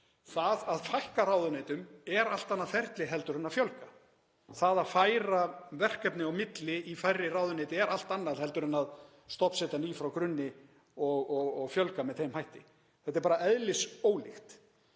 Það að fækka ráðuneytum er allt annað ferli en að fjölga. Það að færa verkefni á milli í færri ráðuneyti er allt annað heldur en að stofnsetja ný frá grunni og fjölga með þeim hætti. Þetta er eðlisólíkt.